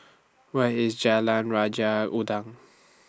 Where IS Jalan Raja Udang